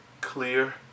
clear